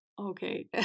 Okay